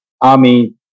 army